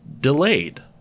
delayed